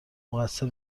مقصر